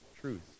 truth